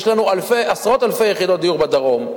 יש לנו עשרות אלפי יחידות דיור בדרום,